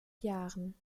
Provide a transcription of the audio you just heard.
jahren